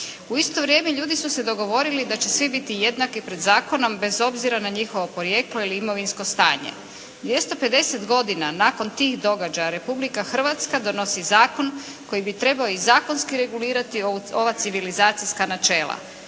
U isto vrijeme ljudi su se dogovorili da će svi biti jednaki pred zakonom bez obzira na njihovo porijeklo ili imovinsko stanje. 250 godina nakon tih događaja Republika Hrvatska donosi zakon koji bi trebao i zakonski regulirati ova civilizacijska načela.